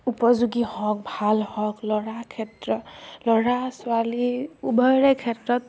উপযোগী হওক ভাল হওক ল'ৰাৰ ক্ষেত্ৰত ল'ৰা ছোৱালী উভয়ৰে ক্ষেত্ৰত